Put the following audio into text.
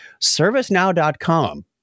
servicenow.com